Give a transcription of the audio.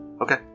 Okay